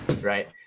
right